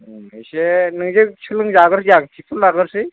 उम एसे नोंजों सोलों जागोरजां तिबसन लागोरसै